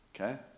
Okay